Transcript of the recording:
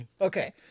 Okay